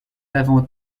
avant